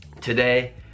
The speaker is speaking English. today